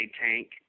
tank